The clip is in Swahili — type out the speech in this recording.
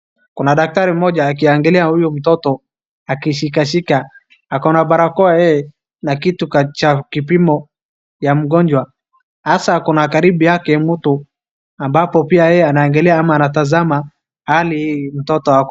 Kuna daktari mmoja akiangalia huyo mtoto akishikashika ako na barakoa yeye na kitu kwachavu kipimo ya mgonjwa, sasa ako na karibu yake mtu ambapo pia yeye angalia au anatazama hali ya mtoto ako.